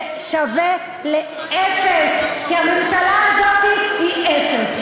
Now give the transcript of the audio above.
זה שווה לאפס, כי הממשלה הזאת היא אפס.